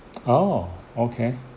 oh okay